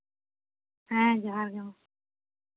ᱦᱮᱸ ᱡᱚᱦᱟᱨᱜᱮ ᱢᱟ